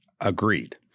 Agreed